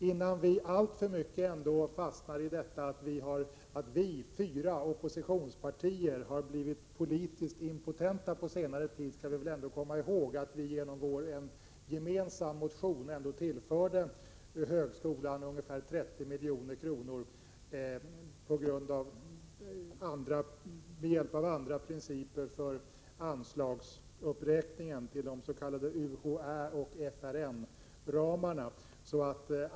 Innan vi alltför mycket fastnar i detta att vi fyra oppositionspartier har blivit politiskt impotenta på senare tid skall vi ändå komma ihåg att vi genom en gemensam motion har tillfört högskolan ungefär 30 milj.kr. med hjälp av andra principer för anslagsuppräkning till de s.k. UHÄ och FRN-ramarna.